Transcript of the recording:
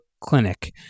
clinic